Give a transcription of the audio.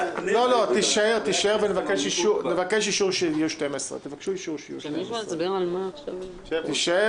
תישאר ונבקש אישור שיהיו 12. תבקשו אישור שיהיו 12. אתה יושב